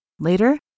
Later